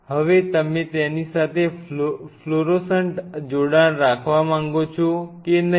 હવે તમે તેની સાથે ફ્લોરોસન્ટ જોડાણ રાખવા માંગો છો કે નહીં